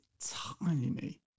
tiny